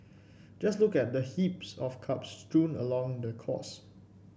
just look at the heaps of cups strewn along the course